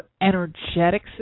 energetic